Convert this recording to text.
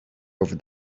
over